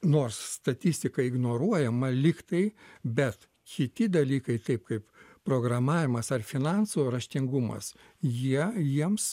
nors statistika ignoruojama lyg tai bet kiti dalykai taip kaip programavimas ar finansų raštingumas jei jiems